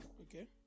okay